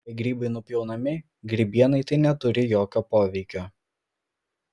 jei grybai nupjaunami grybienai tai neturi jokio poveikio